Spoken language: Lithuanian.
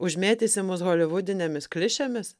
užmėtysi mus holivudinėmis klišėmis